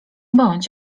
bądź